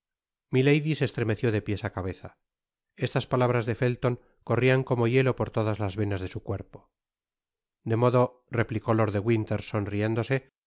milady se estremeció de piésá cabeza estas palabras de felton corrian como hielo por todas las venas de su cuerpo de modo replicó lord de winter sonriéndose que